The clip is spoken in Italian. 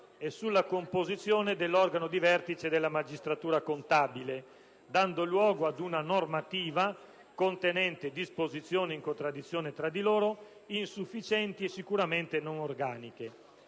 e sulla composizione dell'organo di vertice della magistratura contabile, dando luogo ad una normativa contenente disposizioni in contraddizione tra loro, insufficienti e sicuramente non organiche.